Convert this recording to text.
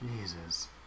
Jesus